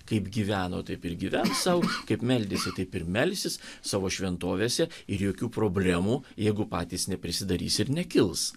kaip gyveno taip ir gyvens sau kaip meldėsi taip ir melsis savo šventovėse ir jokių problemų jeigu patys neprisidarys ir nekils